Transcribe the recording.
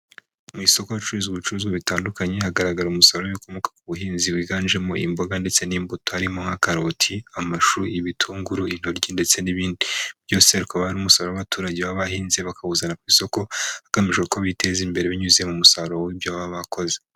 Mu isoko ricuruza ubucuruzi butandukanye hagaragara umusaruro w'ibikomoka ku buhinzi wiganjemo imboga ndetse n'imbuto harimo nka karoti, amashu ibitunguru, intoryi ndetse n'ibindi, byose bikaba ari umusaruro w'abaturage baba bahinze bakawuzana ku isoko hagamijwe ko biteza imbere binyuze mu musaruro w'ibyo baba bakoze.